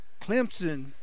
Clemson